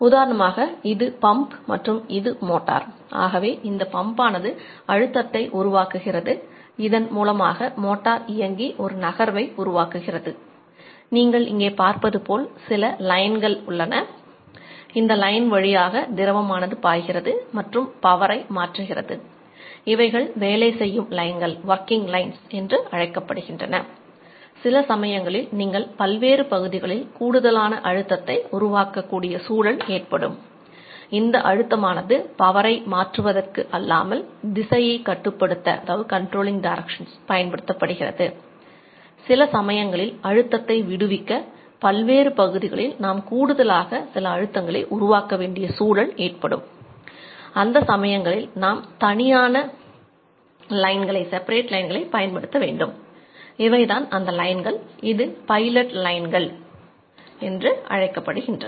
உதாரணமாக இது பம்ப் என்று அழைக்கப்படுகிறது